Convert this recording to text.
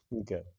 okay